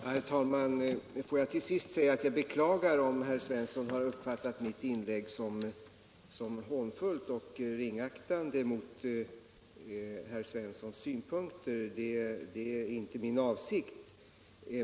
Herr talman! Får jag till sist säga att jag beklagar om herr Svensson i Malmö har uppfattat mitt inlägg som hånfullt och ringaktande mot hans synpunkter. Det var inte min avsikt.